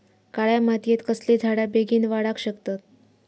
काळ्या मातयेत कसले झाडा बेगीन वाडाक शकतत?